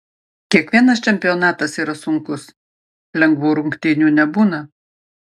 kiekvienas čempionatas yra sunkus lengvų rungtynių nebūna